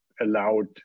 allowed